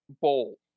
bowl